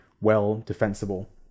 well-defensible